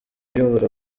uyobora